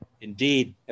Indeed